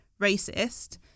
racist